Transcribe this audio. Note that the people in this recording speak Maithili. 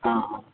हँ हँ